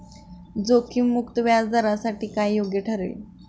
जोखीम मुक्त व्याजदरासाठी काय योग्य ठरेल?